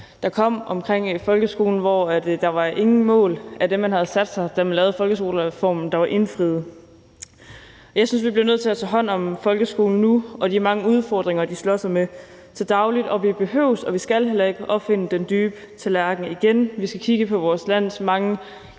der kom, omkring folkeskolen, hvor det sås, at ingen af de mål, man satte sig, da man lavede folkeskolereformen, var indfriet. Jeg synes, vi bliver nødt til at tage hånd om folkeskolen nu og de mange udfordringer, de slås med til daglig, og vi behøver og vi skal heller ikke opfinde den dybe tallerken igen. Vi skal kigge på vores lands mange